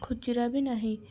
ଖୁଚୁରା ବି ନାହିଁ